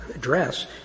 address